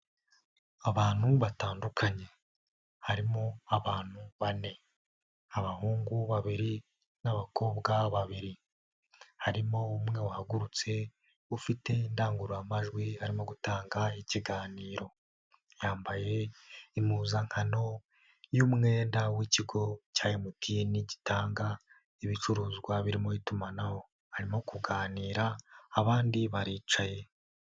Abantu batandukanye, harimo abantu bane, abahungu babiri n'abakobwa babiri, harimo umwe wahagurutse ufite indangururamajwi arimo gutanga ikiganiro, yambaye impuzankano y'umwenda w'ikigo cya MTN gitanga ibicuruzwa birimo itumanaho, arimo kuganira abandi baricaye.